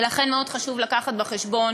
לכן חשוב מאוד להביא בחשבון